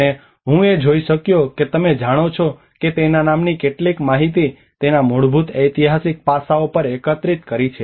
અને હું એ જોઈ શક્યો કે તમે જાણો છો કે તેના કામની કેટલીક માહિતી તેના મૂળભૂત ઐતિહાસિક પાસાઓ પર એકત્રિત કરી છે